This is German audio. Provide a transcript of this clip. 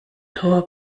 tor